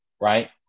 right